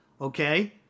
okay